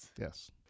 Yes